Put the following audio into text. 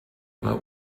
what